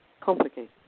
complicated